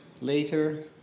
later